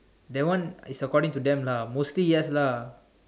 that one is according to them lah mostly yes lah